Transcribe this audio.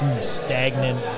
stagnant